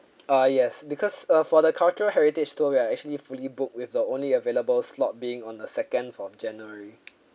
uh yes because uh for the cultural heritage tour we are actually fully booked with the only available slot being on the second of january